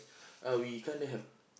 uh we kinda have